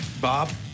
Bob